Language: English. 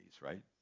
right